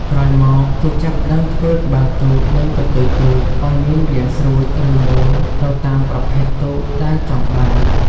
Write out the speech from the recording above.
ក្រោយមក គេចាប់ផ្តើមធ្វើ ក្បាលទូក និង កន្ទុយទូក ឲ្យមានរាងស្រួច ឬមូលទៅតាមប្រភេទទូកដែលចង់បាន។